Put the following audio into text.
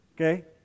Okay